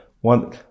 one